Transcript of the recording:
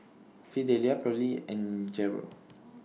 Fidelia Perley and Gerold